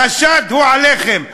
החשד הוא עליכם.